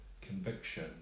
conviction